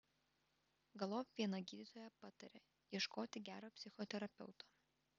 galop viena gydytoja patarė ieškoti gero psichoterapeuto